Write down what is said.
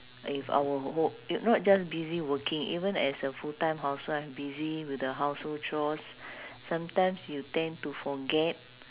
if our ho~ i~ not just busy working even as a full time house wife busy with the household chores sometimes you tend to forget